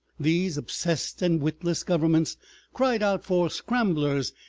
these obsessed and witless governments cried out for scramblers,